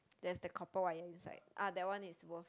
there's the copper wire inside ah that one is worth